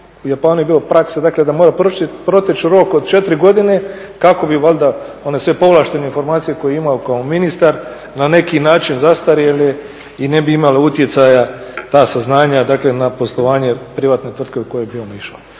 u Japanu je bila praksa da mora proteći rok od četiri godine kako bi valjda one sve povlaštene informacije koje je imao kao ministar na neki način zastarjele i ne bi imale utjecaja, ta saznanja dakle na poslovanje privatne tvrtke u koju bi on išao.